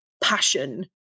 passion